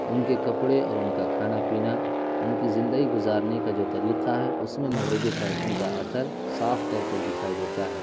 ان کے کپڑے اور ان کا کھانا پینا ان کی زندگی گزارنے کا جو طریقہ ہے اس میں مغربی فیشن کا اثر صاف طور پر دکھائی دیتا ہے